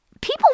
people